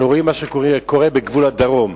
אנחנו רואים מה שקורה בגבול הדרום.